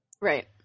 Right